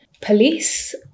police